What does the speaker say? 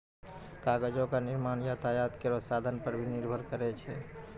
कागजो क निर्माण यातायात केरो साधन पर भी निर्भर करै छै